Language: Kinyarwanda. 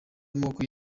amoko